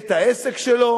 את העסק שלו?